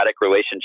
relationship